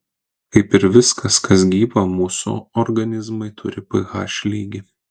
kaip ir viskas kas gyva mūsų organizmai turi ph lygį